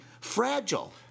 fragile